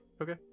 Okay